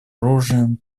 оружием